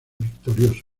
victorioso